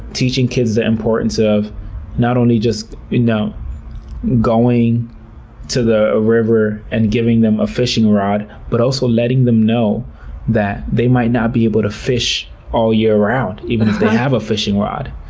teaching kids the importance of not only just you know going to the river and giving them a fishing rod, but also letting them know that they might not be able to fish all year round even if they have a fishing rod.